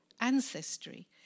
ancestry